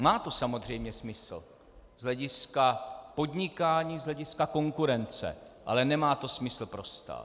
Má to samozřejmě smysl z hlediska podnikání, z hlediska konkurence, ale nemá to smysl pro stát.